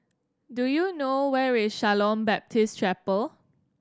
do you know where is Shalom Baptist Chapel